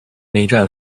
内战